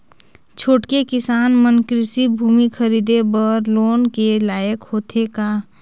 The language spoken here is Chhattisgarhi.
छोटके किसान मन कृषि भूमि खरीदे बर लोन के लायक होथे का?